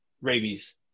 rabies